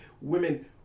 women